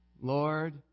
Lord